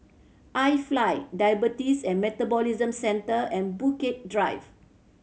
IFly Diabetes and Metabolism Centre and Bukit Drive